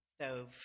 stove